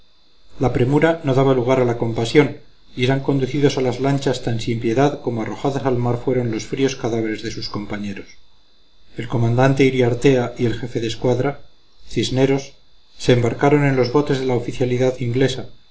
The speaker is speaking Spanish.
la premura no daba lugar a la compasión y eran conducidos a las lanchas tan sin piedad como arrojados al mar fueron los fríos cadáveres de sus compañeros el comandante iriartea y el jefe de escuadra cisneros se embarcaron en los botes de la oficialidad inglesa